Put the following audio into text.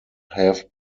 have